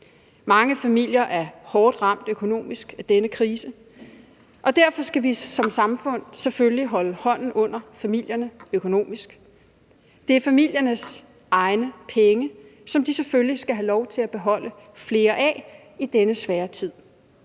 Mange familier er hårdt ramt økonomisk af denne krise, og derfor skal vi som samfund selvfølgelig holde hånden under familierne økonomisk. Det er familiernes egne penge, som de selvfølgelig skal have lov til at beholde flere af i denne svære tid.